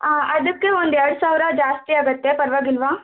ಅ ಅದಕ್ಕೆ ಒಂದು ಎರಡು ಸಾವಿರ ಜಾಸ್ತಿ ಆಗತ್ತೆ ಪರ್ವಾಗಿಲ್ಲವಾ